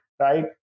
right